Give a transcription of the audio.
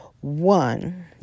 one